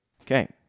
Okay